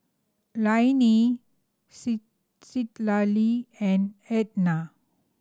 Lainey C Citlalli and Ednah